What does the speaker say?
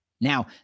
Now